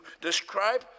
describe